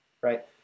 right